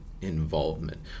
involvement